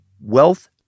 wealth